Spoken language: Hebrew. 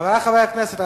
חברי חברי הכנסת,